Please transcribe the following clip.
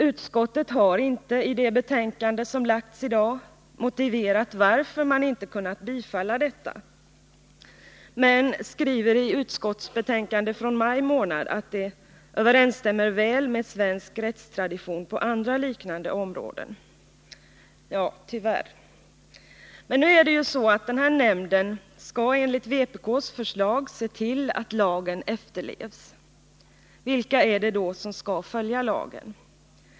Utskottet har inte i det Jämställdhet melbetänkande som lagts fram motiverat varför man inte kunnat bifalla detta, men utskottet skriver i betänkandet från maj månad att det överensstämmer väl med svensk rättstradition på andra liknande områden. Ja, tyvärr är det så. Nu skall ju denna nämnd enligt vpk:s förslag se till att lagen efterlevs. Vilka är det då som skall följa lagen?